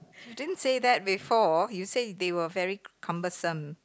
you didn't say that before you say they were very c~ cumbersome